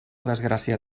desgràcia